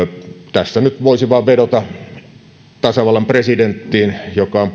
tässä nyt voisi vain vedota tasavallan presidenttiin joka